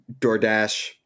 DoorDash